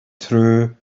true